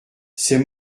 c’est